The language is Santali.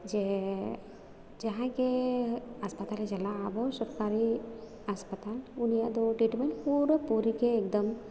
ᱡᱮ ᱡᱟᱦᱟᱸᱭ ᱜᱮ ᱦᱟᱥᱯᱟᱛᱟᱞᱮ ᱪᱟᱞᱟᱜᱼᱟ ᱟᱵᱚ ᱥᱚᱨᱠᱟᱨᱤ ᱦᱟᱥᱯᱟᱛᱟᱞ ᱩᱱᱤᱭᱟᱜ ᱫᱚ ᱴᱨᱤᱴᱢᱮᱱᱴ ᱯᱩᱨᱟᱹ ᱯᱩᱨᱤᱜᱮ ᱮᱠᱫᱚᱢ